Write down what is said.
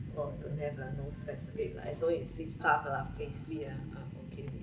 oh don't have lah no specific lah as long as sweet stuff lah pastry ah okay already